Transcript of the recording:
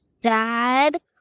dad